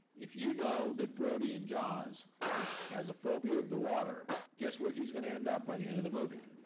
if you know that brody in jaws has a phobia of the water, guess where he's gonna end up by the end of the movie?